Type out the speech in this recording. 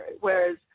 whereas